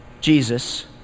Jesus